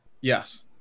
Yes